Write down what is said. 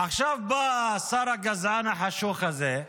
עכשיו בא השר הגזען החשוך הזה,